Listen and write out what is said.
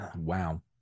Wow